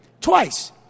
twice